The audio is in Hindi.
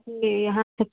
जी यहाँ तो